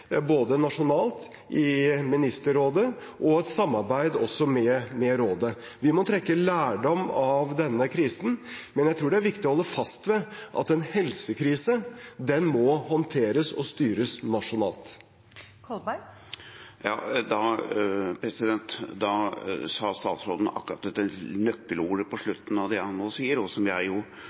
både nasjonalt, i Ministerrådet, og i et samarbeid også med Rådet. Vi må trekke lærdom av denne krisen, men jeg tror det er viktig å holde fast ved at en helsekrise må håndteres og styres nasjonalt. Da sa statsråden akkurat dette nøkkelordet, på slutten av det han nå sa, og